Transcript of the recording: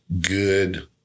good